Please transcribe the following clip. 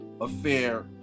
affair